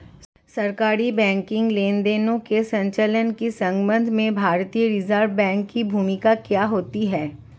सरकारी बैंकिंग लेनदेनों के संचालन के संबंध में भारतीय रिज़र्व बैंक की भूमिका क्या होती है?